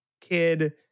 kid